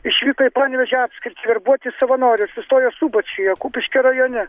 išvyko į panevėžio apskritį verbuoti savanorius sustojo subačiuje kupiškio rajone